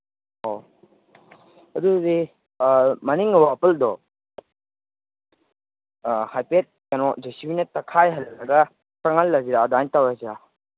ꯑꯣ ꯑꯗꯨꯗꯤ ꯃꯅꯤꯡꯒꯤ ꯋꯥꯄꯜꯗꯣ ꯍꯥꯏꯐꯦꯠ ꯀꯩꯅꯣ ꯖꯦ ꯁꯤ ꯕꯤꯅ ꯇꯛꯈꯥꯏꯍꯜꯂꯒ ꯆꯪꯍꯜꯂꯁꯤꯔꯥ ꯑꯗꯨꯃꯥꯏꯅ ꯇꯧꯔꯁꯤꯔꯥ